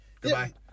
Goodbye